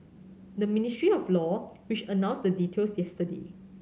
the Ministry of Law which announced the details yesterday